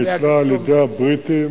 שנתלה על-ידי הבריטים.